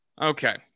Okay